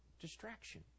distraction